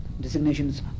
designations